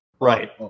Right